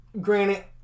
Granted